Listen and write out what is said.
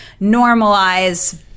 normalize